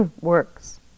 works